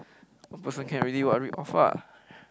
one person can already [what] read off ah